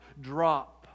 drop